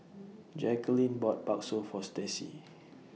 Jacalyn bought Bakso For Staci